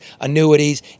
annuities